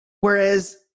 Whereas